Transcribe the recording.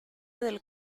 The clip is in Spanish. del